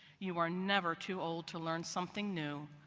you are never too old to learn something new,